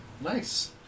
Nice